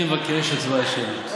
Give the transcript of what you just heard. אני מבקש הצבעה שמית.